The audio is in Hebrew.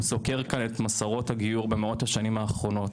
הוא סוקר כאן את מסורות הגיור במאות השנים האחרונות